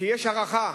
כשיש הערכה.